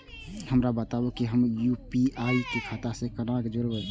हमरा बताबु की हम आपन यू.पी.आई के खाता से कोना जोरबै?